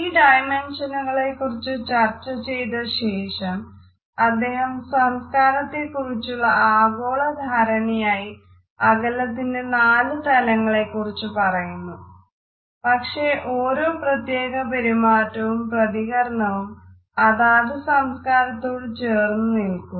ഈ ഡൈമെൻഷനുകളെക്കുറിച്ച് അകലത്തിന്റെ നാല് തലങ്ങളെക്കുറിച്ച് പറയുന്നു പക്ഷേ ഓരോ പ്രത്യേക പെരുമാറ്റവും പ്രതികരണവും അതാത് സംസ്കാരത്തോട് ചേർന്നു നില്ക്കുന്നു